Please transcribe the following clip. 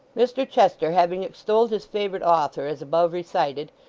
mr chester, having extolled his favourite author, as above recited,